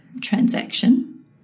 transaction